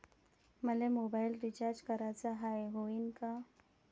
मले mobile recharge कराचा हाय, होईनं का?